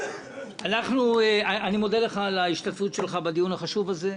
אני מודה לך על השתתפותך בדיון החשוב הזה.